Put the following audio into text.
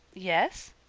yes.